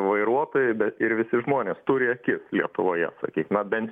vairuotojai bet ir visi žmonės turi akis lietuvoje sakykim na bent